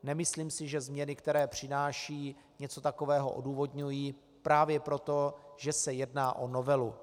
Nemyslím si, že změny, které přináší, něco takového odůvodňují, právě proto, že se jedná o novelu.